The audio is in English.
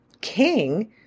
king